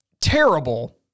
terrible